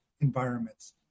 environments